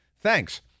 Thanks